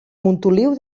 montoliu